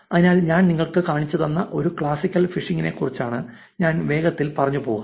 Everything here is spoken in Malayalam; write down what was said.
അതിനാൽ ഞാൻ നിങ്ങൾക്ക് കാണിച്ചുതന്ന ഒരു ക്ലാസിക്കൽ ഫിഷിംഗിനെക്കുറിച്ച് ഞാൻ വേഗത്തിൽ പറഞ്ഞു പോകാം